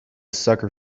sucker